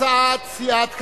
הצעת סיעת קדימה,